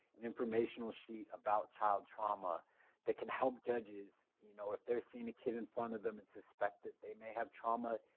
an informational sheet about child trauma that can help judges you know if they're seeing a kid in front of them and suspect that they may have trauma,